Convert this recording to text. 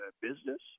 business